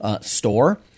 store